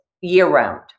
year-round